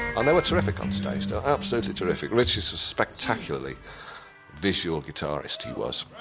and they were terrific on stage, they were absolutely terrific. ritchie is a spectacularly visual guitarist, he was.